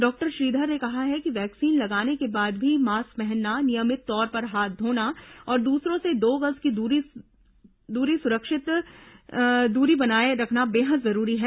doctor Sridhar ने कहा कि वैक्सीन लगाने के बाद भी मास्क पहनना नियमित तौर पर हाथ धोना और दूसरों से दो गज की सुरक्षित दूरी रखना बेहद जरूरी है